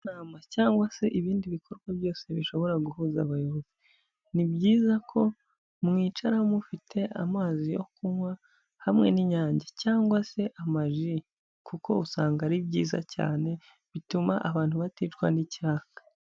Inama cyangwa se ibindi bikorwa byose bishobora guhuza abayobozi, ni byiza ko mwicara mufite amazi yo kunywa hamwe n'Inyange cyangwa se amaji, kuko usanga ari byiza cyane bituma abantu baticwa n'icyaha.